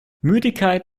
müdigkeit